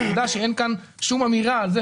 אנחנו יודעים שתחבורה,